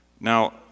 Now